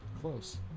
Close